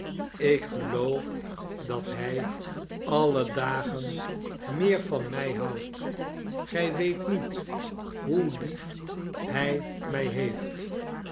ik geloof dat hij alle dagen meer van mij houdt gij weet niet hoe lief hij mij heeft